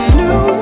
new